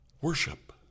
worship